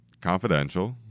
confidential